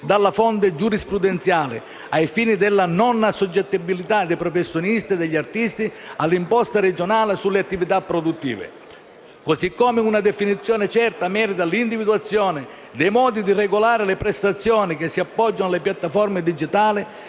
dalla fonte giurisprudenziale, ai fini della non assoggettabilità dei professionisti e degli artisti all'imposta regionale sulle attività produttive. Allo stesso tempo, merita un'individuazione certa l'individuazione dei modi di regolare le prestazioni che si appoggiano alle piattaforme digitali